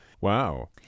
wow